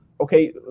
Okay